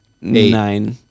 Nine